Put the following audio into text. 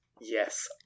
yes